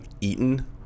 eaten